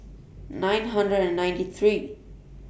nine hundred and ninety three